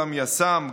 גם יס"מ,